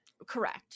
Correct